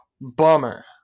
Bummer